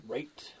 Right